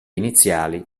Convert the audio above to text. iniziali